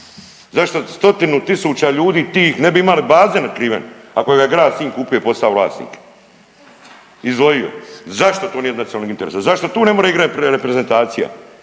zašto stotine tisuća ljudi tih ne bi imali bazen natkriven ako ga je Grad Sinj kupio i postao vlasnik, izdvojio? Zašto to nije od nacionalnog interesa, zašto tu ne more igrat reprezentacija?